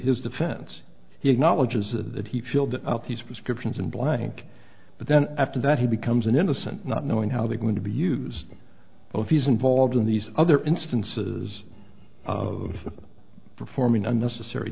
his defense he acknowledges that he filled out these prescriptions and blank but then after that he becomes an innocent not knowing how they're going to be used and if he's involved in these other instances of performing unnecessary